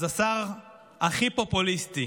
אז השר הכי פופוליסטי